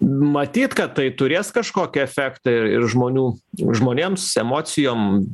matyt kad tai turės kažkokį efektą ir žmonių žmonėms emocijom